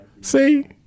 See